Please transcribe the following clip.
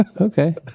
Okay